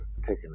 taking